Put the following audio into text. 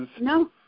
No